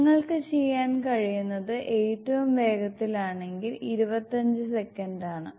നിങ്ങൾക്ക് ചെയ്യാൻ കഴിയുന്നത് ഏറ്റവും വേഗത്തിലാലാണെങ്കിൽ 25 സെക്കൻഡ് ആണ്